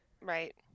Right